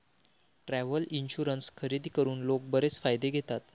travel insurance खरेदी करून लोक बरेच फायदे घेतात